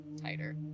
tighter